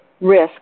risk